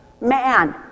man